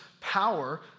power